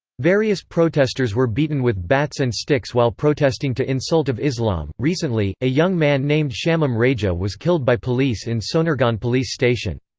various protesters were beaten with bats and sticks while protesting to insult of islam recently, a young man named shamim reja was killed by police in sonargaon police station.